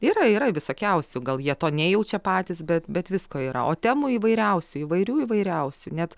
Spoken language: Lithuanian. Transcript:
yra yra visokiausių gal jie to nejaučia patys bet bet visko yra o temų įvairiausių įvairių įvairiausių net